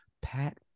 Pat